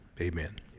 amen